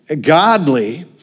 godly